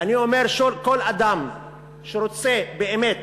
ואני אומר: כל אדם שרוצה באמת,